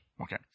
Okay